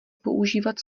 používat